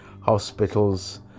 hospitals